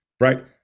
right